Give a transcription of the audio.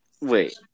Wait